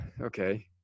okay